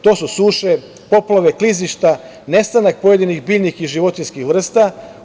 To su suše, poplave, klizišta, nestanak pojedinih biljnih i životinjskih vrsta.